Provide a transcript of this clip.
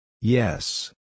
Yes